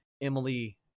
Emily